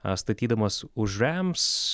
a statydamas už rems